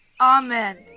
Amen